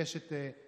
יש את מיכאלי.